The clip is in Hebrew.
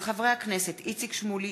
מאת חברי הכנסת איציק שמולי,